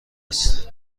است